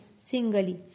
singly